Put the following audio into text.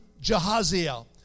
Jehaziel